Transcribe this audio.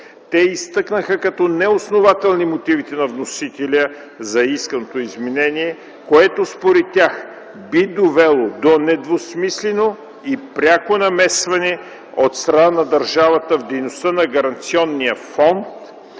Те изтъкнаха като неоснователни мотивите на вносителя за исканото изменение, което според тях би довело до недвусмислено и пряко намесване от страна на държавата в дейността на Гаранционния фонд,